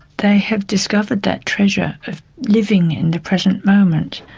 they have discovered that treasure of living in the present moment.